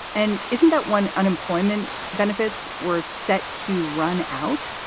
and isn't that when unemployment benefits were set to run out?